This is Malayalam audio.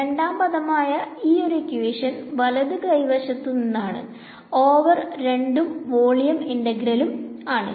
രണ്ടാം പദമായ വരുന്നത് വലത് വശത്തു ആണ് രണ്ടും വോളിയം ഇന്റഗ്രലുകൾആണ്